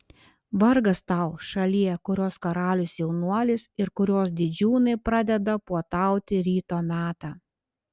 vargas tau šalie kurios karalius jaunuolis ir kurios didžiūnai pradeda puotauti ryto metą